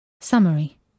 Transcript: Summary